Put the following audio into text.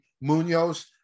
Munoz